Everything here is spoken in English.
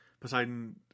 Poseidon